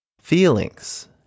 Feelings